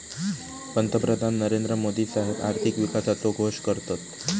पंतप्रधान नरेंद्र मोदी साहेब आर्थिक विकासाचो घोष करतत